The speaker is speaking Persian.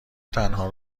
تنها